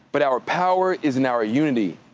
but our power is in our unity.